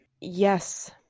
Yes